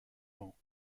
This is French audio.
vent